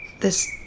this-